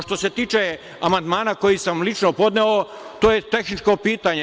Što se tiče, amandmana koji sam lično podneo, to je tehničko pitanje.